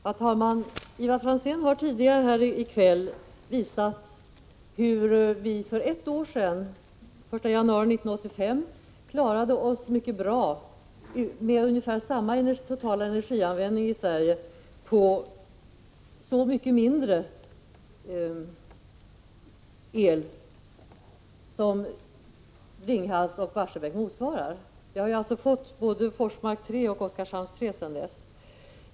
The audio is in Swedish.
Herr talman! Ivar Franzén har tidigare här i kväll visat hur vi för ett år sedan, den 1 januari 1985, klarade oss mycket bra med ungefär samma totala energianvändning i Sverige och så mycket mindre el som motsvaras av Ringhals och Barsebäck — sedan har vi alltså fått både Forsmark 3 och Oskarshamn 3.